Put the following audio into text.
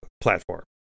platform